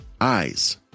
eyes